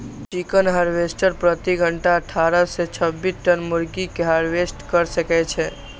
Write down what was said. chicken harvester प्रति घंटा अट्ठारह सं छब्बीस टन मुर्गी कें हार्वेस्ट कैर सकै छै